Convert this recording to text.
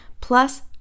plus